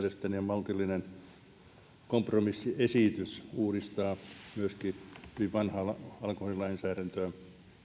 on mielestäni ihan maltillinen kompromissiesitys uudistaa myöskin hyvin vanhaa alkoholilainsäädäntöä